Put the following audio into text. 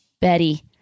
Betty